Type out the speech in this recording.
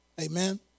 Amen